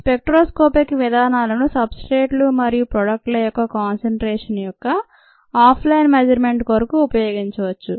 spectroscopic విధానాలను సబ్స్ట్రేట్లు మరియు ప్రొడక్ట్ల యొక్క కాన్సెన్ట్రేషన్స్ యొక్క ఆఫ్ లైన్ మెజర్మెంట్ కొరకు ఉపయోగించవచ్చు